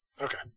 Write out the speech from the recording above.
Okay